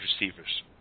receivers